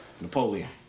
Napoleon